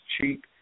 cheap